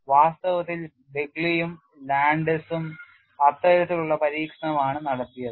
വാസ്തവത്തിൽ ബെഗ്ലിയും ലാൻഡെസും അത്തരത്തിലുള്ള പരീക്ഷണം ആണ് നടത്തിയത്